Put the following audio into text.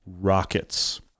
Rockets